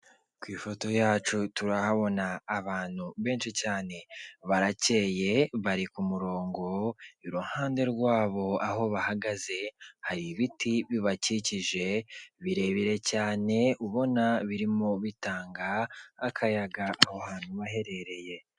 Ku ifoto yacu turahabona abantu benshi cyane barakeye bari ku murongo, iruhande rwabo aho bahagaze hari ibiti bibakikije birebire cyane ubona birimo bitanga akayaga aho hantu baherereye.